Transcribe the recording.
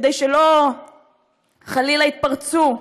כדי שלא, חלילה, יתפרצו.